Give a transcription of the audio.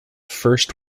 first